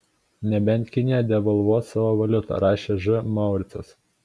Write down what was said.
nebent kinija devalvuos savo valiutą rašė ž mauricas